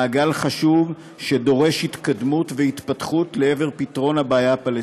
מעגל חשוב שדורש התקדמות והתפתחות לעבר פתרון הבעיה הפלסטינית.